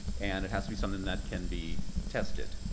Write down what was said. and it has to be something that can be tested.